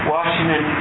Washington